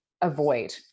avoid